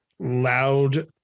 Loud